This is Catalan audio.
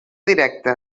directa